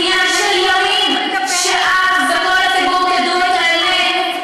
זה עניין של ימים שאת וכל הציבור תדעו את האמת,